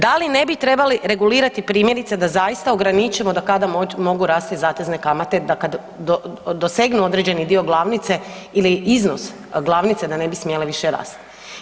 Da li ne bi trebali regulirati primjerice da zaista ograničimo do kada mogu rasti zatezne kamate da kada dosegnu određeni dio glavnice ili iznos glavnice da ne bi smjele više rasti?